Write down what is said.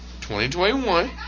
2021